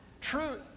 True